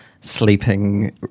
sleeping